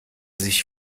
sich